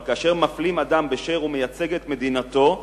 אבל כאשר מפלים אדם באשר הוא מייצג את מדינתו,